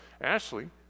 Ashley